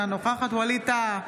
אינה נוכחת ווליד טאהא,